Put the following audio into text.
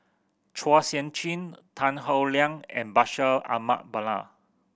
Chua Sian Chin Tan Howe Liang and Bashir Ahmad Mallal